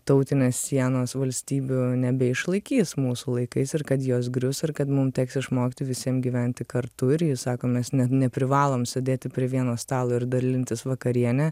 tautinės sienos valstybių nebeišlaikys mūsų laikais ir kad jos grius ir kad mum teks išmokti visiem gyventi kartu ir jis sako mes net neprivalom sedėti prie vieno stalo ir dalintis vakariene